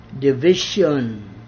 division